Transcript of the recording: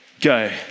Go